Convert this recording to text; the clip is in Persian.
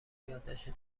یادداشت